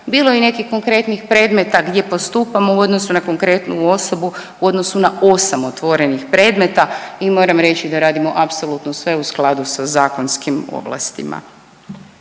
Bilo je i nekih konkretnih predmeta gdje postupamo u odnosu na konkretnu osobu u odnosu na 8 otvorenih predmeta i moram reći da radimo apsolutno sve u skladu sa zakonskim ovlastima.